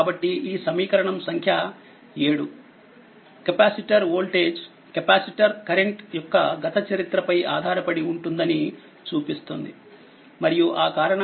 కాబట్టి ఈసమీకరణం సంఖ్య 7 కెపాసిటర్ వోల్టేజ్కెపాసిటర్ కరెంట్ యొక్కగతచరిత్ర పైఆధారపడి ఉంటుందనిచూపిస్తుందిమరియు ఆ కారణంగా v ఇక్కడ ఉంది